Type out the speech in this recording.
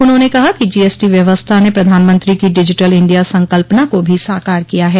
उन्होंने कहा कि जीएसटी व्यवस्था ने प्रधानमंत्री की डिजिटल इंडिया संकल्पना को भी साकार किया है